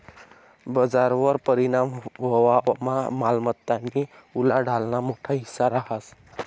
बजारवर परिणाम व्हवामा मालमत्तानी उलाढालना मोठा हिस्सा रहास